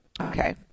Okay